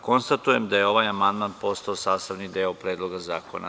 Konstatujem da je ovaj amandman postao sastavni deo Predloga zakona.